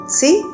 see